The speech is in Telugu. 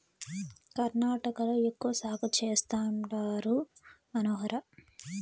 కర్ణాటకలో ఎక్కువ సాగు చేస్తండారు మనోహర